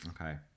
okay